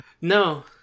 No